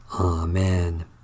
Amen